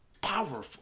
powerful